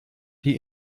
die